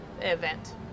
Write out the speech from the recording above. event